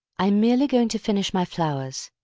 i am merely going to finish my flowers.